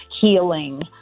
healing